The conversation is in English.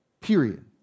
period